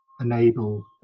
enable